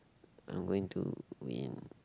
I am going to win